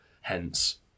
Hence